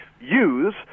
use